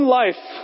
life